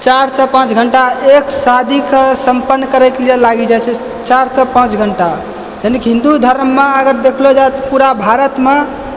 चारिसँ पाँच घण्टा एक शादीके सम्पन्न करयके लिये लागि जाइ छै चारिसँ पाँच घण्टा यानि कि हिन्दू धर्ममे अगर देखलो जाइ तऽ पूरा भारतमे